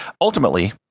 Ultimately